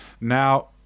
now